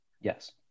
Yes